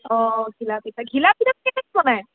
অঁ ঘিলাপিঠা ঘিলাপিঠাটো কেনেকৈ বনায়